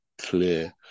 clear